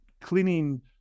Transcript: cleaning